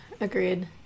agreed